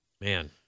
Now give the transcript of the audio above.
Man